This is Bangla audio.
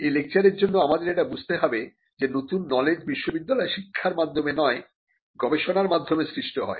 এই লেকচারের জন্য আমাদের এটা বুঝতে হবে যে নতুন নলেজ বিশ্ববিদ্যালয়ে শিক্ষার মাধ্যমে নয় গবেষণার মাধ্যমে সৃষ্ট হয়